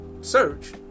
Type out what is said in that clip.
search